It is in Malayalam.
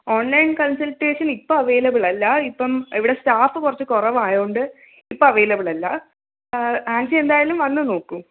ഓൺലൈൻ കൺസൾട്ടേഷൻ ഇപ്പം അവൈലബിൾ അല്ല ഇപ്പം ഇവിടെ സ്റ്റാഫ് കുറച്ച് കുറവ് ആയതുകൊണ്ട് ഇപ്പോൾ അവൈലബിൾ അല്ല ആൻസി എന്തായാലും വന്ന് നോക്കൂ